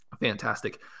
fantastic